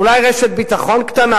אולי רשת ביטחון קטנה,